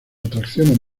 atracciones